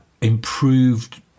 improved